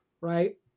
right